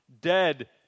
dead